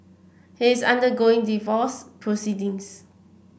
he is undergoing divorce proceedings